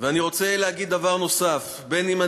אני רוצה להגיד דבר נוסף: בין שאני